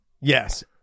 Yes